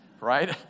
right